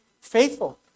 faithful